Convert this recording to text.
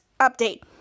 update